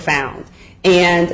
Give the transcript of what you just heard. found and